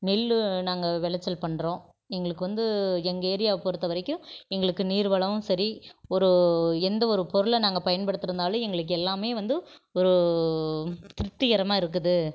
நெல் நாங்கள் விளச்சல் பண்ணுறோம் எங்களுக்கு வந்து எங்கேரியாவை பொறுத்த வரைக்கும் எங்களுக்கு நீர்வளம் சரி ஒரு எந்த ஒரு பொருளை நாங்கள் பயன்படுத்தியிருந்தாலும் எங்களுக்கு எல்லாமே வந்து ஒரு திருப்திகரமாகருக்குது